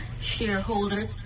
shareholders